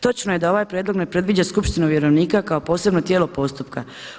Točno je da ovaj prijedlog ne predviđa skupštinu vjerovnika kao posebno tijelo postupka.